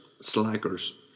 slackers